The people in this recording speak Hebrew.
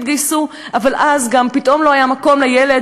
אבל אז גם פתאום לא היה מקום לילד